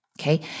Okay